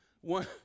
one